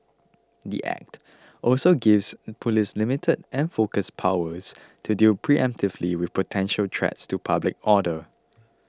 the Act also gives police limited and focused powers to deal preemptively with potential threats to public order